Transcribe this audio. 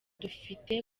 dufite